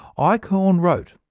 eichorn wrote,